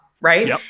right